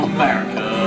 America